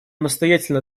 настоятельно